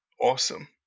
awesome